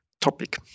topic